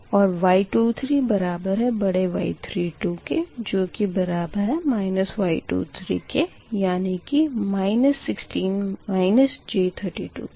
और Y23 बराबर है बड़े Y32 के जो की बराबर है y23 के यानी के के